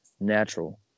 natural